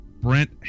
Brent